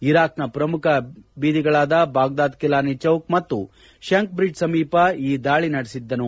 ಇರಾಕ್ನ ಪ್ರಮುಖ ಬೀದಿಗಳಾದ Baghdad Kilani chowk ಮತ್ತು ಶಿಂಕ್ ಬ್ರಿಡ್ಜ್ ಸಮೀಪ ಈ ದಾಳಿ ನಡೆಸಿದ್ದನು